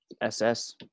ss